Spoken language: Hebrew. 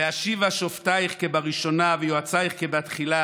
"ואשיבה שֹׁפטיִך כבראשונה וְיֹעצַיִךְ כבתחילה